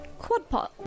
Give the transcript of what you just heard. Quadpot